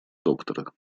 доктора